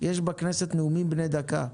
יש בכנסת נאומים בני דקה במליאה,